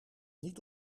niet